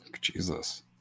Jesus